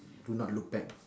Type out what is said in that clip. do not look back